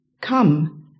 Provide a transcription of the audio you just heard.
Come